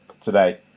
today